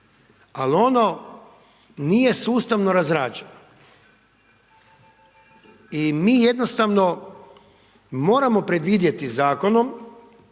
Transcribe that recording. ali ono nije sustavno razrađeno. I mi jednostavno moramo predvidjeti zakonom